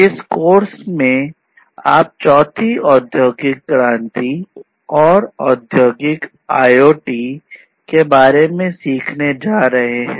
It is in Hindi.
इस कोर्स में आप चौथी औद्योगिक क्रांति और औद्योगिक IoT के बारे में सीखने जा रहे हैं